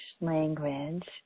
language